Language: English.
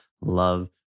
love